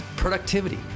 productivity